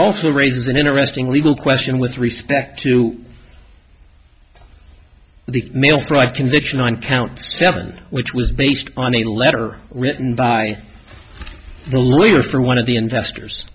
also raises an interesting legal question with respect to the mail fraud conviction on count seven which was based on a letter written by the lawyer for one of the investors